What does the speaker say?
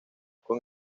con